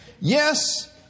Yes